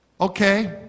Okay